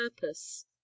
purpose